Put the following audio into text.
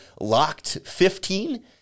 LOCKED15